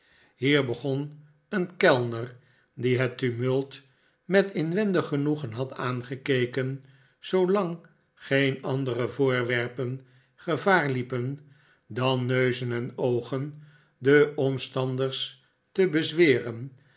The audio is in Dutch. hier begon een kellner die het tumult met inwendig genoegen had aangekeken zoolang geen andere voorwerpen gevaar liepen dan neuzen en oogen de omstanders te bezweren